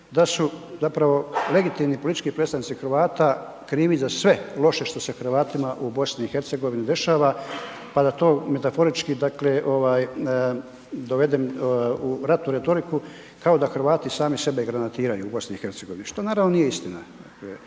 da su zapravo legitimni politički predstavnici Hrvata krivi za sve loše što se Hrvatima u BiH-u dešava pa da to metaforički dakle dovedem u ratnu retoriku kao Hrvati sami sebe granatiraju u BiH-u što naravno nije istina.